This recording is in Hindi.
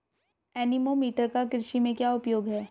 एनीमोमीटर का कृषि में क्या उपयोग है?